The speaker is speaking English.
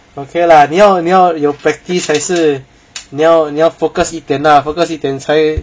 okay lah 你要你要有 practice 还是你要你要 focus 一点 lah focus 一点才